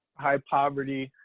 high poverty